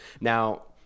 now